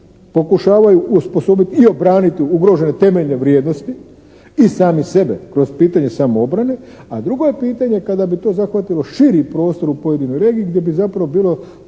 pokušavaju osposobiti i obraniti ugrožene temeljne vrijednosti i sami sebe kroz pitanje samoobrane, a drugo je pitanje kada bi to zahvatilo širi prostor u pojedinoj regiji gdje bi zapravo bilo,